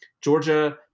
Georgia